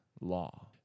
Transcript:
law